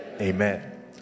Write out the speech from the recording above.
Amen